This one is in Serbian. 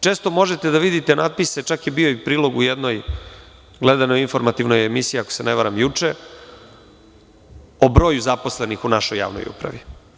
Često možete da vidite natpise čak je bio i prilog u jednoj gledanoj informativnoj emisiji, ako se ne varam juče, po broju zaposlenih u našoj javnoj upravi.